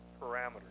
parameters